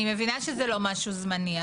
אני מבינה שזה לא משהו זמני.